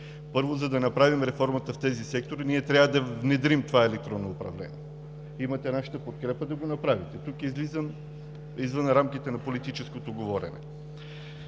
Първо, за да направим реформата в тези сектори, ние трябва да внедрим това електронно управление. Имате нашата подкрепа да го направите. Тук излизам извън рамките на политическото говорене